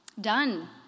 Done